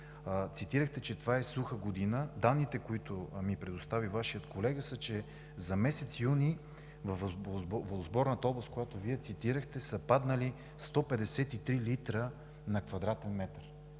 Цитирахте, че това е суха година. Данните, които ми предостави Вашият колега, са, че за месец юни във водосборната област, която Вие цитирахте, са паднали 153 литра на квадратен метър.